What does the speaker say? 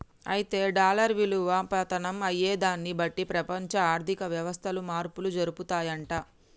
అయితే డాలర్ విలువ పతనం అయ్యేదాన్ని బట్టి ప్రపంచ ఆర్థిక వ్యవస్థలు మార్పులు జరుపుతాయంట